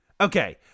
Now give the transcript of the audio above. Okay